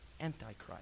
Antichrist